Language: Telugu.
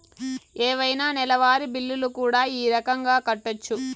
ఏవైనా నెలవారి బిల్లులు కూడా ఈ రకంగా కట్టొచ్చు